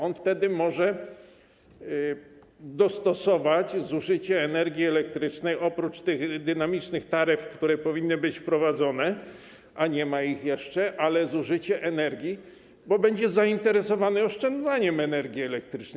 On wtedy może dostosować zużycie energii elektrycznej, bo oprócz tych dynamicznych taryf, które powinny być wprowadzone, a nie ma ich jeszcze, chodzi o zużycie energii, bo on będzie zainteresowany oszczędzaniem energii elektrycznej.